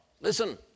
listen